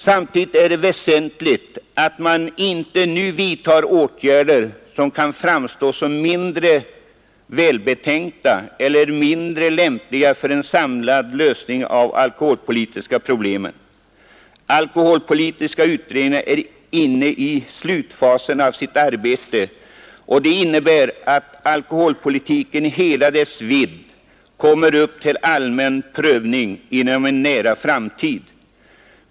Samtidigt är det väsentligt, att man inte nu vidtar åtgärder som kan framstå som mindre välbetänkta eller mindre lämpliga för en samlad lösning av de alkoholpolitiska problemen. APU är inne i slutfasen av sitt arbete. Detta innebär att alkoholpolitiken i hela dess vidd kommit upp till allmän prövning inom en nära framtid.